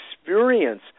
experience